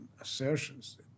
assertions